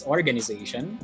Organization